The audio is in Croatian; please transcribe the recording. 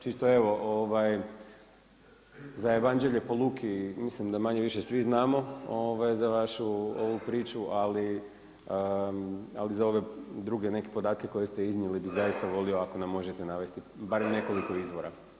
Čisto evo, za evanđelje po Luki, mislim da manje-više svi znamo za vašu ovu priču, ali za ove druge neke podatke koje ste iznijeli, bi zaista volio, ako mi možete navesti barem nekoliko izvora.